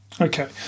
Okay